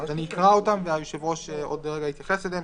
אני אקרא אותם והיושב-ראש עוד רגע יתייחס אליהם.